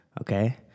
okay